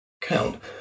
count